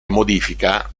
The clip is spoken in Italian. modifica